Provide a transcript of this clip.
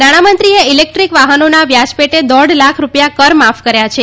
નાણામંત્રીએ ઇલેક્ટ્રીક વાહનોના વ્યાજ ોટે દોઢ લાખ રૂપિ થા કરમાફ કર્યા છે